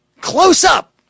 close-up